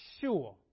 sure